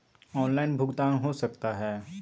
Online भुगतान हो सकता है?